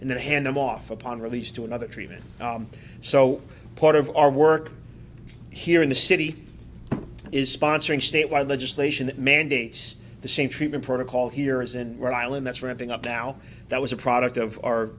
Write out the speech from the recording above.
and then hand them off upon release to another treatment so part of our work here in the city is sponsoring state wide legislation that mandates the same treatment protocol here is and we're island that's ramping up now that was a product of